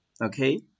Okay